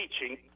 teaching